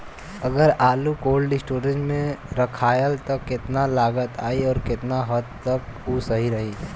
अगर आलू cold storage में रखायल त कितना लागत आई अउर कितना हद तक उ सही रही?